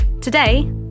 Today